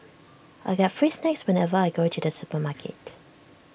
I get free snacks whenever I go to the supermarket